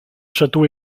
château